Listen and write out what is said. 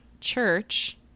church